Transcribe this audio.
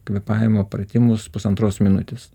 kvėpavimo pratimus pusantros minutės